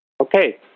Okay